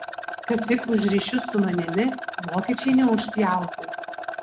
kad tik už ryšius su manimi vokiečiai neužpjautų